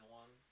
one